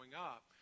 up